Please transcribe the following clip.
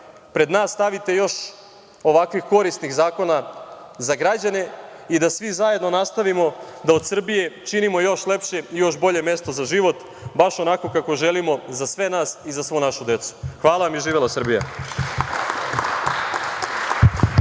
pred nas stavite još ovakvih korisnih zakona za građane i da svi zajedno nastavimo da od Srbije činimo još lepše i još bolje mesto za život baš onako kako želimo za sve nas i za svu našu decu. Hvala vam i živela Srbija.